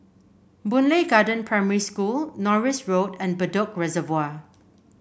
Boon Lay Garden Primary School Norris Road and Bedok Reservoir